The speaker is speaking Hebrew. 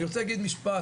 אני רוצה להגיד משפט,